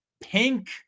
Pink